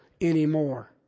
anymore